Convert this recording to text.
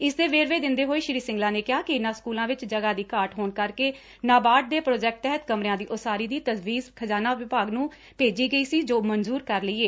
ਇਸਦੇ ਵੇਰਵੇ ਦਿੰਦੇ ਹੋਏ ਸ੍ਰੀ ਸਿੰਗਲਾ ਨੇ ਕਿਹਾ ਕਿ ਇਨ੍ਹਾਂ ਸਕੂਲਾਂ ਵਿਚ ਜਗ੍ਹਾ ਦੀ ਘਾਟ ਹੋਣ ਕਰਕੇ ਨਾਬਾਲਗ ਦੇ ਪ੍ਰੋਜੈਕਟ ਤਹਿਤ ਕਮਰਿਆਂ ਦੀ ਉਸਾਰੀ ਦੀ ਤਜਵੀਜ ਖਜਾਨਾ ਵਿਭਾਗ ਨੂੰ ਭੇਜੀ ਗਈ ਸੀ ਜੋ ਮਨਜੂਰ ਕਰ ਲਈ ਏ